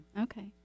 Okay